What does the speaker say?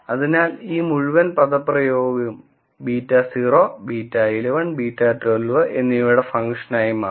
അതിനാൽ ഈ മുഴുവൻ പദപ്രയോഗവും β0 β11 β12 എന്നിവയുടെ ഫംഗ്ഷനായി മാറും